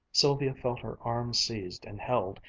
sylvia felt her arm seized and held,